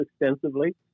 extensively